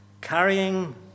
carrying